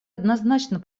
однозначно